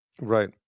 Right